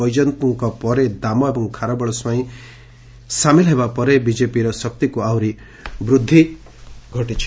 ବୈଜୟନ୍ତଙ୍କ ପରେ ଦାମ ଏବଂ ଖାରବେଳ ସ୍ୱାଇଁ ସାମିଲ ହେବା ପରେ ବିଜେପିର ଶକ୍ତିକୁ ଆହୁରି ବୃଦ୍ଧି କରିଛି